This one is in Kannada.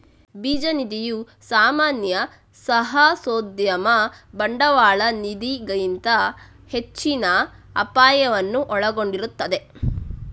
ಬೀಜ ನಿಧಿಯು ಸಾಮಾನ್ಯ ಸಾಹಸೋದ್ಯಮ ಬಂಡವಾಳ ನಿಧಿಗಿಂತ ಹೆಚ್ಚಿನ ಅಪಾಯವನ್ನು ಒಳಗೊಂಡಿರುತ್ತದೆ